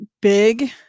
big